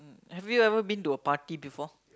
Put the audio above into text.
have you ever been to a party before